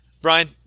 Brian